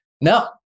No